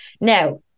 Now